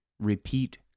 Repeat